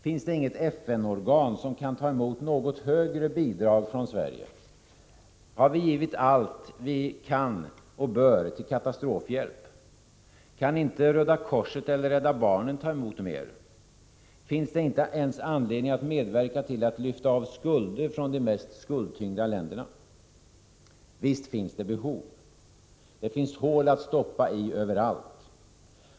Finns det inget FN-organ som kan ta emot något högre bidrag från Sverige? Har vi givit allt vi kan och bör till katastrofhjälp? Kan inte Röda korset eller Rädda barnen ta emot mer? Finns det inte ens anledning att medverka till att lyfta av skulder från de mest skuldtyngda länderna? Visst finns det behov. Det finns hål att stoppa i överallt.